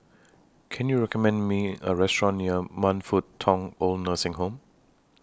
Can YOU recommend Me A Restaurant near Man Fut Tong Old Nursing Home